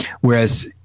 Whereas